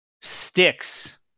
sticks